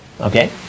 okay